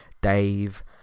Dave